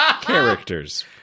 characters